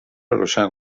روشن